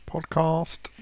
Podcast